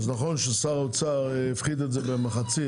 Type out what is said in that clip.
אז נכון ששר האוצר הפקיד את זה במחצית,